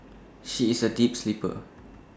she is A deep sleeper